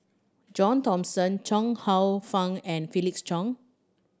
John Thomson Chuang Hsueh Fang and Felix Cheong